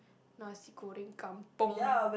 nasi-goreng kampung